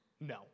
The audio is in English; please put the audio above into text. No